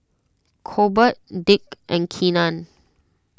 Colbert Dick and Keenan